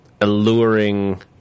alluring